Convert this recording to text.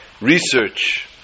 research